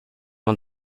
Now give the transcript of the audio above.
man